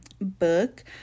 book